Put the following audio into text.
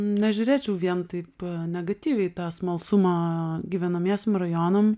nežiūrėčiau vien taip negatyviai tą smalsumą gyvenamiesiem rajonam